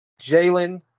Jalen